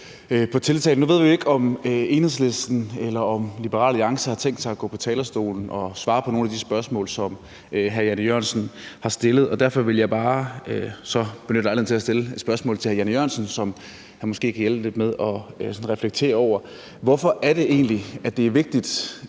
nu ved vi jo ikke, om Enhedslisten eller Liberal Alliance har tænkt sig at gå på talerstolen og svare på nogle af de spørgsmål, som hr. Jan E. Jørgensen har stillet, og derfor vil jeg så bare benytte lejligheden til at stille et spørgsmål til hr. Jan E. Jørgensen, som han måske kan hjælpe lidt med at reflektere over. Hvorfor er det egentlig vigtigt,